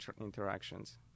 interactions